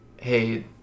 hey